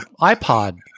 iPod